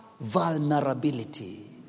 vulnerability